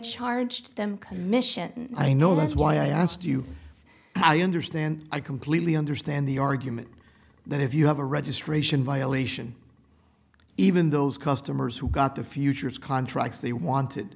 commission i know that's why i asked you i understand i completely understand the argument that if you have a registration violation even those customers who got the futures contracts they wanted